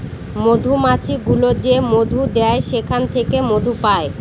মধুমাছি গুলো যে মধু দেয় সেখান থেকে মধু পায়